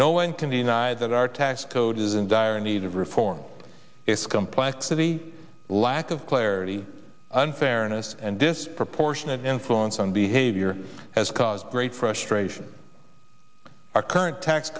no one can deny that our tax code is in dire need of reform its complexity lack of clarity unfairness and disproportionate influence on behavior has caused great frustration our current tax